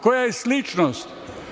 Koja je sličnost?